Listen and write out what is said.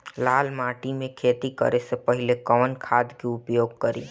लाल माटी में खेती करे से पहिले कवन खाद के उपयोग करीं?